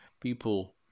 people